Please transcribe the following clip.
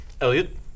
Elliot